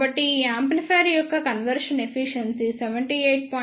కాబట్టి ఈ యాంప్లిఫైయర్ యొక్క కన్వర్షన్ ఎఫిషియెన్సీ 78